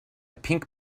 pink